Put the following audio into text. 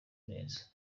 neza